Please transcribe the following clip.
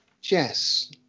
Jess